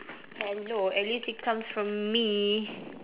hello at least it comes from me